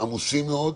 עמוסים מאוד.